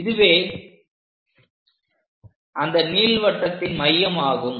இதுவே அந்த நீள்வட்டத்தின் மையம் ஆகும்